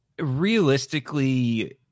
Realistically